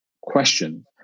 question